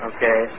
Okay